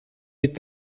mit